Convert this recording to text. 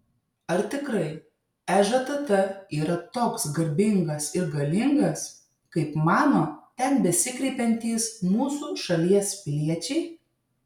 ar tikrai ežtt yra toks garbingas ir galingas kaip mano ten besikreipiantys mūsų šalies piliečiai